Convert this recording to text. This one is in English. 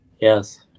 Yes